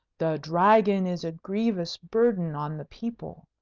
the dragon is a grievous burden on the people.